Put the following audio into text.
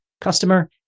customer